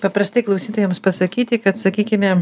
paprastai klausytojams pasakyti kad sakykime